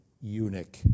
eunuch